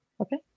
Okay